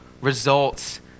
results